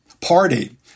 Party